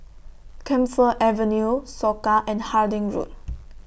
Camphor Avenue Soka and Harding Road